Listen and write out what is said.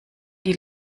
die